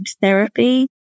therapy